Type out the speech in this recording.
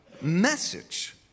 message